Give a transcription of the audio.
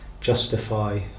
justify